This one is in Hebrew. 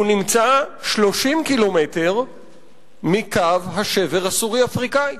והוא נמצא 30 קילומטר מקו השבר הסורי-אפריקני,